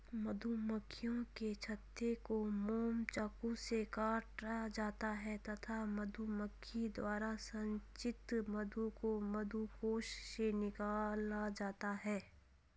मधुमक्खियों के छत्ते का मोम चाकू से काटा जाता है तथा मधुमक्खी द्वारा संचित मधु को मधुकोश से निकाला जाता है